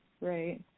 right